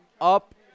up